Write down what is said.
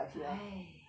!hais!